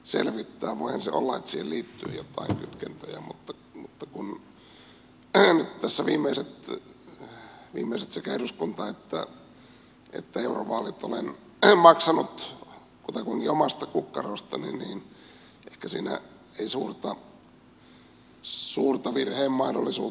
voihan se olla että siihen liittyy joitain kytkentöjä mutta kun nyt tässä viimeiset sekä eduskunta että eurovaalit olen maksanut kutakuinkin omasta kukkarostani niin ehkä siinä ei suurta virheen mahdollisuutta nyt ole syntynyt